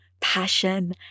passion